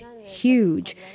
huge